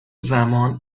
زمان